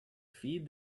feed